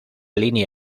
línea